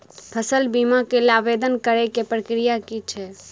फसल बीमा केँ लेल आवेदन करै केँ प्रक्रिया की छै?